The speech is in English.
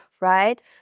right